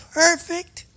perfect